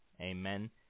Amen